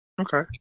okay